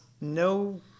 no